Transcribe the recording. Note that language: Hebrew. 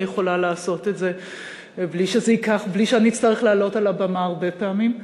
אני יכולה לעשות את זה בלי שאני אצטרך לעלות על הבמה הרבה פעמים,